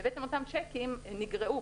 ואותם שיקים נגרעו